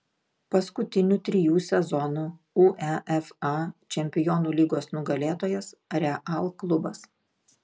paskutinių trijų sezonų uefa čempionų lygos nugalėtojas real klubas